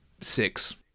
six